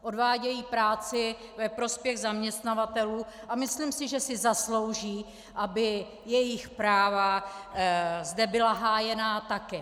Odvádějí práci ve prospěch zaměstnavatelů a myslím si, že si zaslouží, aby jejich práva zde byla hájena také.